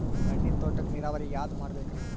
ಹಣ್ಣಿನ್ ತೋಟಕ್ಕ ನೀರಾವರಿ ಯಾದ ಮಾಡಬೇಕ್ರಿ?